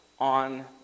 on